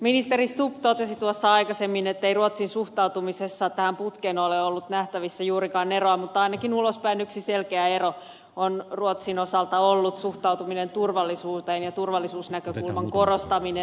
ministeri stubb totesi tuossa aikaisemmin ettei ruotsin suhtautumisessa tähän putkeen ole ollut suomeen verrattuna nähtävissä juurikaan eroa mutta ainakin ulospäin yksi selkeä ero on ruotsin osalta ollut suhtautuminen turvallisuuteen ja turvallisuusnäkökulman korostaminen